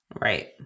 Right